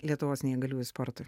lietuvos neįgaliųjų sportui